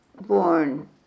born